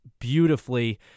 beautifully